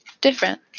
different